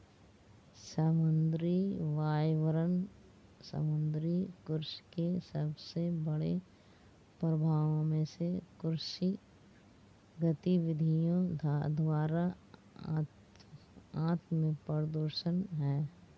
समुद्री पर्यावरण समुद्री कृषि के सबसे बड़े प्रभावों में से कृषि गतिविधियों द्वारा आत्मप्रदूषण है